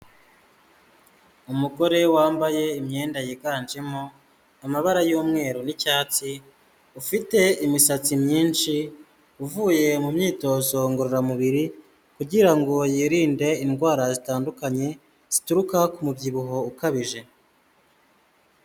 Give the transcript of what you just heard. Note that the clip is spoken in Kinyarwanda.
Umugore wambaye imyenda yiganjemo amabara y'umweru n'icyatsi, ufite imisatsi myinshi uvuye mu myitozo ngororamubiri kugira ngo yirinde indwara zitandukanye zituruka ku mubyibuho ukabije.